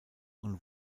und